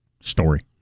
story